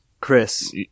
Chris